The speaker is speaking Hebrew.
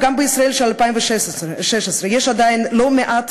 גם בישראל של 2016 יש עדיין לא מעט